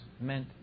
meant